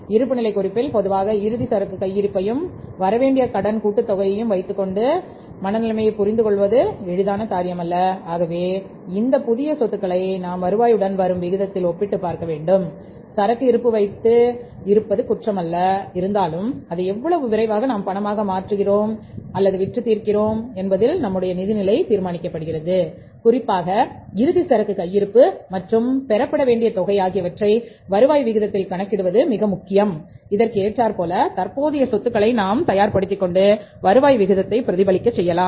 இருப்புநிலை குறிப்பில் பொதுவாக இறுதி சரக்கு கையிருப்பை யும் வரவேண்டிய கடன் கூட்டுத் தொகையையும் வைத்துக்கொண்டு மனநிலையை புரிந்து கொள்வது எளிதான காரியமல்ல ஆகவே இந்த புதிய சொத்துக்களை நாம் வருவாயுடன் வரும் விகிதத்தில் ஒப்பிட்டுப் பார்க்கவேண்டும் சரக்கு இருப்பு வைத்து இருப்பது குற்றமல்ல இருந்தாலும் அதை எவ்வளவு விரைவாக நாம் பணமாக மாற்றுகிறோம் அல்லது விற்று தீரும் என்பதில் நம்முடைய நிதிநிலை தீர்மானிக்கப்படுகிறது குறிப்பாக இறுதி சரக்கு கையிருப்பு மற்றும் பெறப்பட வேண்டிய தொகை ஆகியவற்றை வருவாய் விகிதத்தில் கணக்கிடுவது மிக முக்கியம் அதற்கு ஏற்றார் போல தற்போதைய சொத்துக்களை நாம் தயார் படுத்திக்கொண்டு வருவாய் விகிதத்தை பிரதிபலிக்க செய்யலாம்